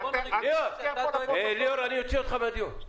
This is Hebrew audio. ליאור, ליאור, אני אוציא אותך מהדיון.